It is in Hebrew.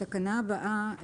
תקנה 32 אושרה פה-אחד.